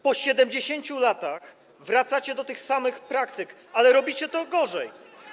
Po 70 latach wracacie do tych samych praktyk, ale robicie to gorzej.